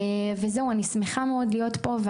אני שמחה מאוד להיות פה.